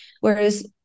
whereas